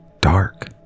dark